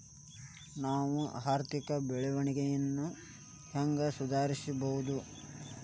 ನಾವು ಆರ್ಥಿಕ ಬೆಳವಣಿಗೆಯನ್ನ ಹೆಂಗ್ ಸುಧಾರಿಸ್ಬಹುದ್?